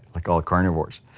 like all carnivores.